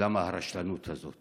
למה הרשלנות הזאת?